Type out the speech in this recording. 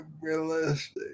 realistic